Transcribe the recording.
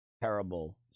terrible